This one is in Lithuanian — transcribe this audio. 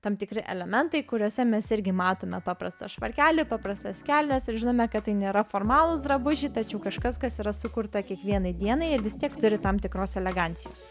tam tikri elementai kuriuose mes irgi matome paprastą švarkelį paprastas kelnes ir žinome kad tai nėra formalūs drabužiai tačiau kažkas kas yra sukurta kiekvienai dienai jie vis tiek turi tam tikros elegancijos